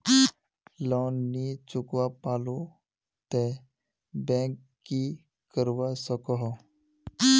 Loan नी चुकवा पालो ते बैंक की करवा सकोहो?